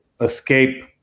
escape